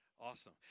Awesome